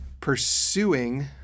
pursuing